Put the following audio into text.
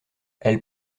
elle